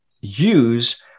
use